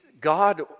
God